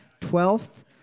Twelfth